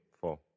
four